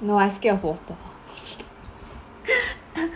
no I scared of water but